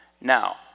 Now